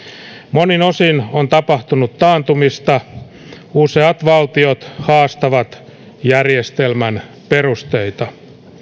monin osin on tapahtunut taantumista useat valtiot haastavat järjestelmän perusteita